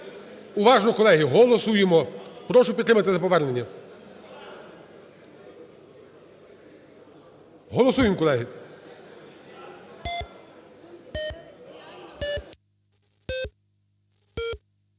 уважно, колеги, голосуємо. Прошу підтримати на повернення. Голосуємо, колеги.